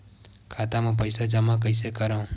खाता म पईसा जमा कइसे करव?